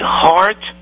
heart